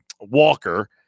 Walker